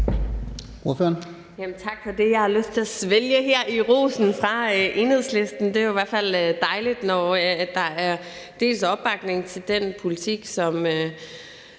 tak for det. Jeg har lyst til at svælge i rosen fra Enhedslisten. Det er jo i hvert fald dejligt, når der dels er opbakning til den politik, som